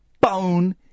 bone